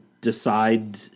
decide